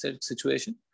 situation